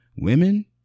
Women